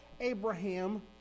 Abraham